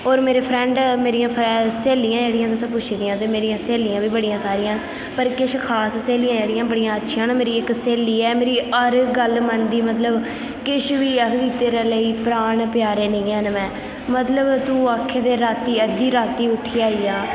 होर मेरे फ्रेंड मेरियां स्हेलियां जेह्ड़ियां तुसें पुच्छे दियां ते मेरियां स्हेलियां बी बड़ियां सरियां न पर किश खास स्हेलियां जेह्ड़ियां बड़ियां अच्छियां न मेरी इक स्हेली ऐ मेरी हर गल्ल मन्नदी मतलब किश बी आखदी तेरे लेई प्राण प्यारे नेई हैन मैं मतलब तू आखे ते रातीं अद्धी रातीं उट्ठियै आइयां